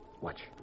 Watch